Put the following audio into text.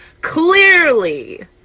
clearly